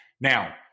Now